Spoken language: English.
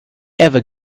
ever